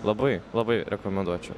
labai labai rekomenduočiau